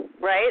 right